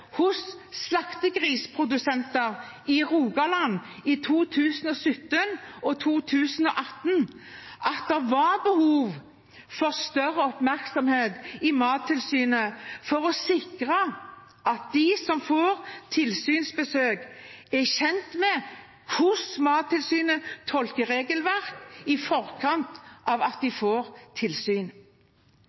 i Rogaland i 2017 og 2018, at det var behov for større oppmerksomhet i Mattilsynet for å sikre at de som får tilsynsbesøk, er kjent med hvordan Mattilsynet tolker regelverket i forkant av at de får tilsyn.